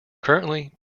currently